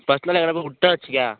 first நாளே எங்கேனா விட்டா வச்சுக்க